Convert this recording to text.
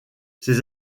ces